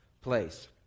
place